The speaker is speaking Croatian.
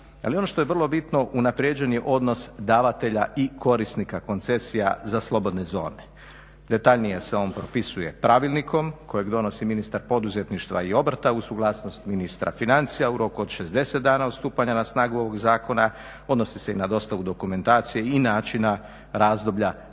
ali ono što je vrlo bitno unaprjeđen je odnos davatelja i korisnika koncesija za slobodne zone. Detaljnije se on propisuje pravilnikom kojeg donosi ministar poduzetništva i obrta uz suglasnost ministra financija u roku od 60 dana od stupanja na snagu ovoga zakona, odnosi se na dostavu dokumentacije i načina razdoblja plaćanja